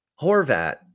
Horvat